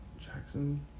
Jackson